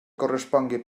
correspongui